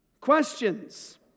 Questions